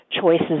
choices